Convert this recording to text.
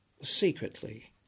secretly